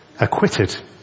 acquitted